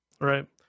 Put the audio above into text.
right